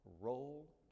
roll